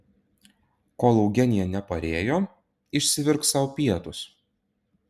kol eugenija neparėjo išsivirk sau pietus